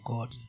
God